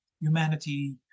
humanity